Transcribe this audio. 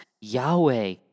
Yahweh